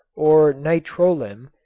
or nitrolim,